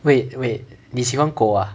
wait wait 你喜欢狗 ah